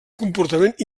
comportament